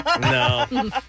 No